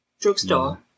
Drugstore